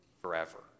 forever